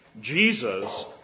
Jesus